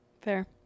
fair